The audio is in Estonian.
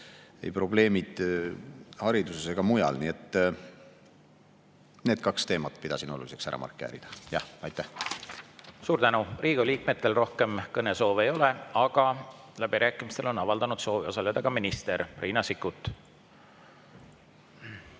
probleemid hariduses ja mujal. Need kaks teemat pidasin oluliseks ära markeerida. Jah, aitäh! Suur tänu! Riigikogu liikmetel rohkem kõnesoove ei ole, aga läbirääkimistel on avaldanud soovi osaleda ka minister Riina Sikkut.